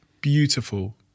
beautiful